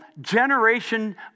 generation